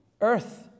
earth